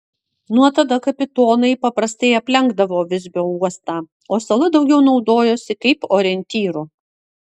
nuo tada kapitonai paprastai aplenkdavo visbio uostą o sala daugiau naudojosi kaip orientyru